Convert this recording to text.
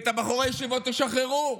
ואת בחורי הישיבות תשחררו.